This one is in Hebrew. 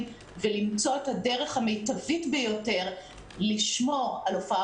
כדי למצוא את הדרך המיטבית ביותר לשמור על הופעה